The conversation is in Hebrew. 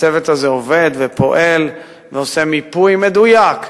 הצוות הזה עובד ופועל ועושה מיפוי מדויק,